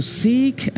seek